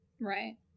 Right